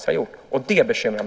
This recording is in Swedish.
Det gör mig djupt bekymrad.